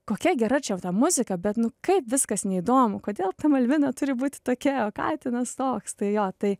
kokia gera čia ta muzika bet nu kaip viskas neįdomu kodėl ta malvina turi būti tokia katinas toks tai jo tai